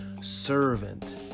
servant